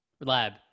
Lab